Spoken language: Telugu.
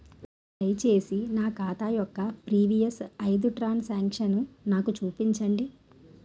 దయచేసి నా ఖాతా యొక్క ప్రీవియస్ ఐదు ట్రాన్ సాంక్షన్ నాకు చూపండి